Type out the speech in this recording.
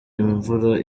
imvura